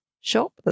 shop